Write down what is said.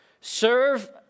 serve